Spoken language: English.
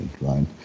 Right